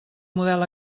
model